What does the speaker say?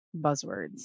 buzzwords